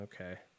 okay